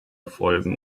folgen